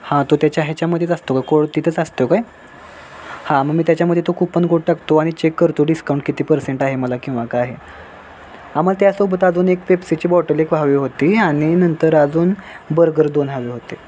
हां तो त्याच्या ह्याच्यामध्येच असतो का कोळ तिथंच असतो काय हां मग मी त्याच्यामध्ये तो कुपन कोड टाकतो आणि चेक करतो डिस्काऊंट किती परसेंट आहे मला किंवा काय आहे आम्हाला त्यासोबत अजून एक पेप्सीची बॉटल एक हवी होती आणि नंतर अजून बर्गर दोन हवे होते